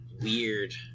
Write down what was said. Weird